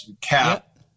cap